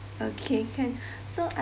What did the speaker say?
okay can so